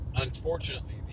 unfortunately